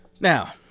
Now